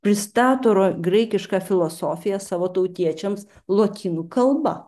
pristato graikišką filosofiją savo tautiečiams lotynų kalba